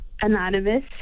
Anonymous